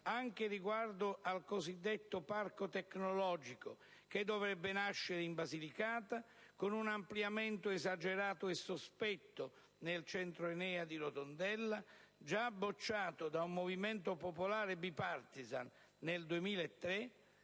anche riguardo al cosiddetto parco tecnologico che il Governo vorrebbe far nascere in Basilicata, con un ampliamento esagerato e sospetto del centro ENEA di Rotondella (già bocciato da un movimento popolare *bipartisan* nel 2003),